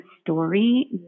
story